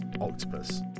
Octopus